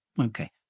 Okay